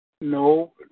No